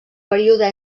període